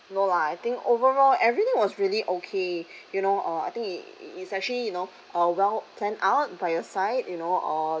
no lah I think overall everything was really okay you know uh I think it it's actually you know uh well planned out by your side you know uh